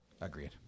Agreed